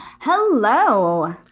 Hello